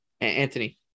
Anthony